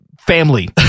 family